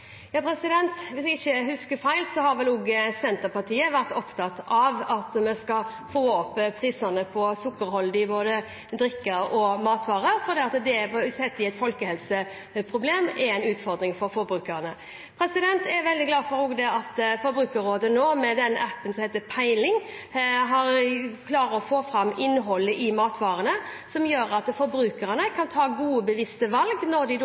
Hvis jeg ikke husker feil, har også Senterpartiet vært opptatt av at vi skal få opp prisene på sukkerholdige drikker og matvarer, fordi det sett i et folkehelseperspektiv er en utfordring for forbrukerne. Jeg er også veldig glad for at Forbrukerrådet nå, med den appen som heter Peiling, klarer å få fram innholdet i matvarene, noe som gjør at forbrukerne kan ta gode, bevisste valg når de